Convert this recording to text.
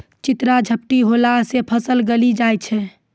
चित्रा झपटी होला से फसल गली जाय छै?